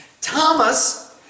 Thomas